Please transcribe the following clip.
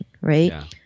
right